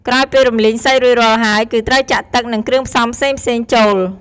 ក្រោយពីរំលីងសាច់រួចរាល់ហើយ គឺត្រូវចាក់ទឹក និងគ្រឿងផ្សំផ្សេងៗចូល។